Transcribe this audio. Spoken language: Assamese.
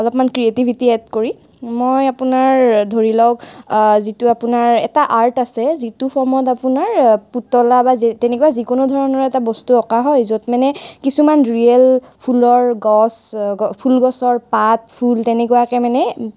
অলপমান ক্ৰিয়েটিভিটি এড কৰি মই আপোনাৰ ধৰি লওক যিটো আপোনাৰ এটা আৰ্ট আছে যিটো ফৰ্মত আপোনাৰ পুতলা বা যে তেনেকুৱা যিকোনো ধৰণৰ এটা বস্তু অঁকা হয় য'ত মানে কিছুমান ৰিয়েল ফুলৰ গছ ফুল গছৰ পাত ফুল তেনেকুৱাকৈ মানে